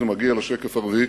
וזה מגיע לשקף הרביעי,